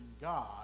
God